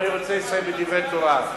ואני רוצה לסיים בדברי תורה.